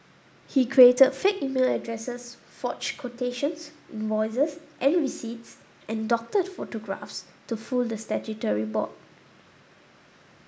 he created fake email addresses forged quotations invoices and receipts and doctored photographs to fool the statutory board